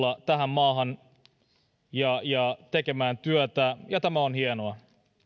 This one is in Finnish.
tähän maahan ja tekemään työtä ja tämä on hienoa